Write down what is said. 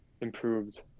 improved